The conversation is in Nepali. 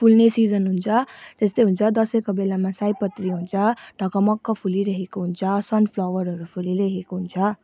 फुल्ने सिजन हुन्छ त्यस्तै हुन्छ दसैँको बेलामा सयपत्री हुन्छ ढकमक्क फुली रहेको हुन्छ सनफ्लावरहरू फुली रहेको हुन्छ